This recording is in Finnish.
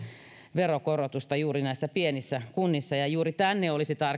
veronkorotusta juuri näissä pienissä kunnissa ja juuri sinne olisi